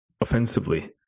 Offensively